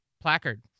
placard